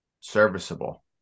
serviceable